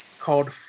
called